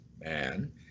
man